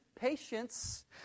patience